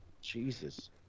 Jesus